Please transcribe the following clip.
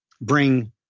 bring